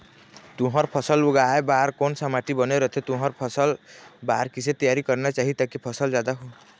तुंहर फसल उगाए बार कोन सा माटी बने रथे तुंहर फसल बार कैसे तियारी करना चाही ताकि फसल जादा हो?